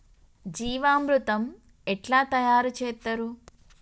జీవామృతం ఎట్లా తయారు చేత్తరు?